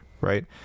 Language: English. right